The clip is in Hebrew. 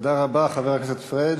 תודה רבה, חבר הכנסת פריג'.